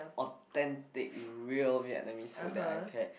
authentic real Vietnamese food that I've had